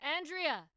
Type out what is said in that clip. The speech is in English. Andrea